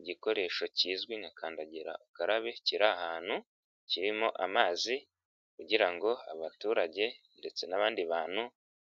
Igikoresho kizwi nka kandagiragarabe kiri ahantu kirimo amazi kugira abaturage ndetse n'abandi bantu